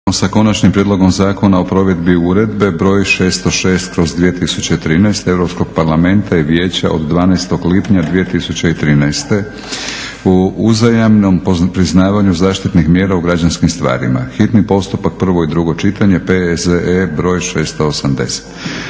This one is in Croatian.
Konačni prijedlog zakona o provedbi Uredbe br. 606/2013 Europskog parlamenta i Vijeća od 12. lipnja 2013. o uzajamnom priznavanju zaštitnih mjera u građanskim stvarima, hitni postupak, prvo i drugo čitanje, P.Z.E. br. 680.